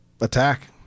attack